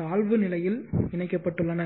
தாழ்வு நிலையில் இணைக்கப்பட்டுள்ளன